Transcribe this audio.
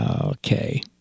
Okay